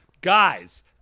Guys